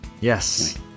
yes